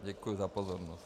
Děkuji za pozornost.